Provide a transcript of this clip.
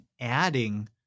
adding